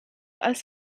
als